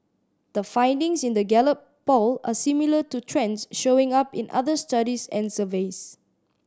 the findings in the Gallup Poll are similar to trends showing up in other studies and surveys